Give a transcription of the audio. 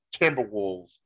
Timberwolves